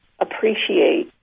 appreciate